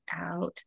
out